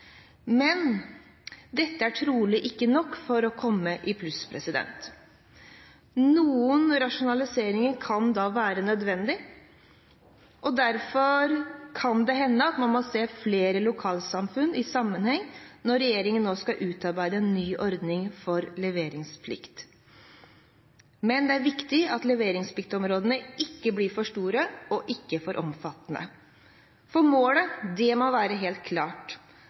Men dette er trolig ikke nok for å komme i pluss. Noen rasjonaliseringer kan da være nødvendig, og derfor kan det hende at man må se flere lokalsamfunn i sammenheng når regjeringen nå skal utarbeide en ny ordning for leveringsplikt. Men det er viktig at leveringspliktområdene ikke blir for store og ikke for omfattende. Målet må være helt klart: